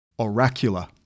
oracular